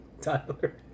Tyler